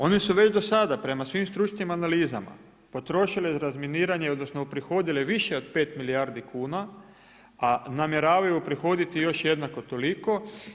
Oni su već do sada prema svim stručnim analizama potrošili razminiranje, odnosno uprihodili više od 5 milijardi kuna a namjeravaju uprihoditi još jednako toliko.